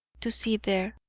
to see there.